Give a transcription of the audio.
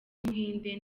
w’umuhinde